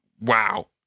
wow